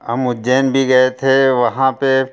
हम उज्जैन भी गए थे वहाँ पर